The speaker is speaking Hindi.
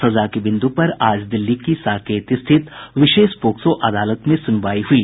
सजा के बिंदु पर आज दिल्ली की साकेत स्थित विशेष पॉक्सो अदालत में सुनवाई हुई